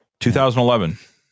2011